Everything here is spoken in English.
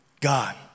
God